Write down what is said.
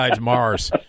Mars